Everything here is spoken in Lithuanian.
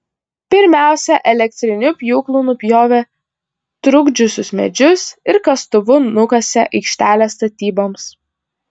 pirmiausia elektriniu pjūklu nupjovė trukdžiusius medžius ir kastuvu nukasė aikštelę statyboms